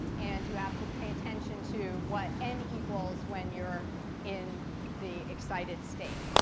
and you have to pay attention to what n equals when you're in the excited state.